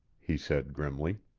he said grimly.